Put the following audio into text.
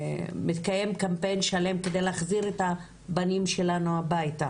שמתקיים קמפיין שלם כדי להחזיר את הבנים שלנו הביתה,